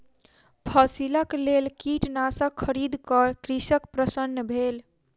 फसिलक लेल कीटनाशक खरीद क कृषक प्रसन्न भेल